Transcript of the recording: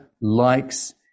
likes